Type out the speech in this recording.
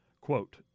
quote